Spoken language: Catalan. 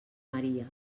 maria